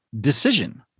Decision